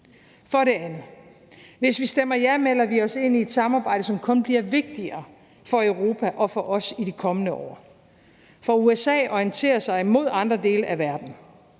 vil jeg sige: Hvis vi stemmer ja, melder vi os ind i et samarbejde, som kun bliver vigtigere for Europa og for os i de kommende år. For USA orienterer sig imod andre dele af verden,